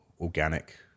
organic